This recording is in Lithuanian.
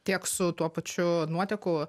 tiek su tuo pačiu nuotekų